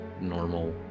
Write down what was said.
normal